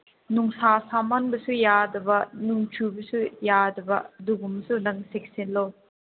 ꯅꯨꯡꯁꯥ ꯁꯥꯃꯟꯕꯁꯨ ꯌꯥꯗꯕ ꯅꯣꯡ ꯆꯨꯕꯁꯨ ꯌꯥꯗꯕ ꯑꯗꯨꯒꯨꯝꯕꯁꯨ ꯅꯪ ꯆꯦꯛꯁꯤꯜꯂꯣ